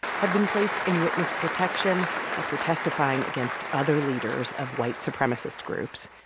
had been placed in witness protection after testifying against other leaders of white supremacist groups.